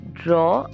draw